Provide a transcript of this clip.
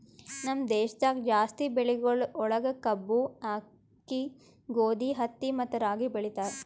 ನಮ್ ದೇಶದಾಗ್ ಜಾಸ್ತಿ ಬೆಳಿಗೊಳ್ ಒಳಗ್ ಕಬ್ಬು, ಆಕ್ಕಿ, ಗೋದಿ, ಹತ್ತಿ ಮತ್ತ ರಾಗಿ ಬೆಳಿತಾರ್